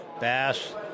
bass